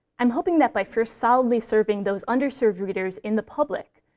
i'm hoping that by first solidly serving those underserved leaders in the public,